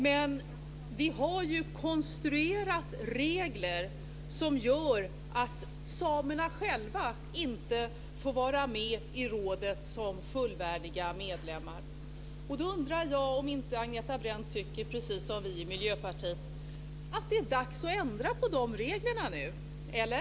Men vi har ju konstruerat regler som gör att samerna själva inte får vara med i rådet som fullvärdiga medlemmar. Jag undrar om inte Agneta Brendt precis som vi i Miljöpartiet tycker att det är dags att ändra på de reglerna nu - eller?